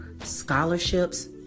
scholarships